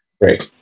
Great